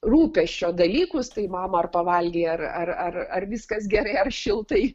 rūpesčio dalykus tai mama ar pavalgei ar ar ar ar viskas gerai ar šiltai